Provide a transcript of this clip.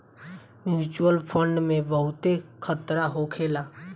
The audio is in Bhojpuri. म्यूच्यूअल फंड में बहुते खतरा होखेला